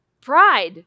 Pride